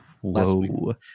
Whoa